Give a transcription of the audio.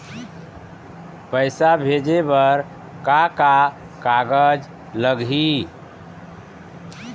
पैसा भेजे बर का का कागज लगही?